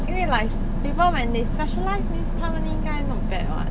因为 like people when they specialise means 他们应该 not bad [what]